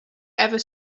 ever